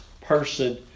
person